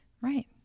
right